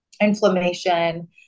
inflammation